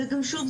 זה גם שוב,